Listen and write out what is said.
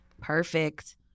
Perfect